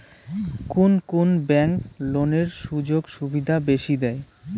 কুন কুন ব্যাংক লোনের সুযোগ সুবিধা বেশি দেয়?